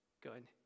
Good